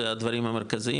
זה הדברים המרכזיים,